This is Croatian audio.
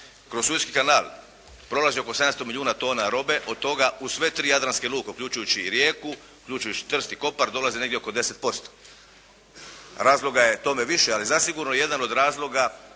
kroz Sueski kanal prolazi oko 700 milijuna tona robe, od toga u sve tri jadranske luke, uključujući i Rijeku, uključujući Trst i Kopar dolazi negdje oko 10%. Razloga je tome više, ali zasigurno jedan od razloga